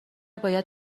باید